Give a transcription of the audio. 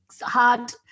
hard